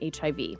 HIV